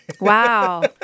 Wow